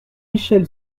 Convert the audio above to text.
michel